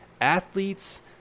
athletes